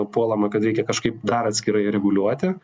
puolama kad reikia kažkaip dar atskirai reguliuoti